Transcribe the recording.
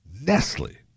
Nestle